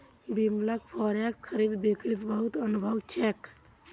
बिमलक फॉरेक्स खरीद बिक्रीत बहुत अनुभव छेक